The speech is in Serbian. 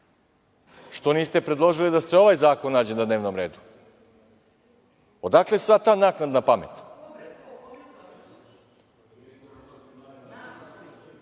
Što niste predložili da se ovaj zakon nađe na dnevnom redu? Odakle sada ta naknadna